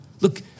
Look